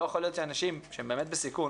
יכול להיות שאנשים שהם באמת בסיכון,